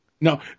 No